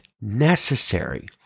necessary